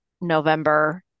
November